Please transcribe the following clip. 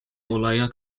olaya